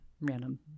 random